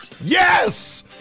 Yes